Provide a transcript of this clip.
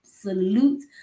salute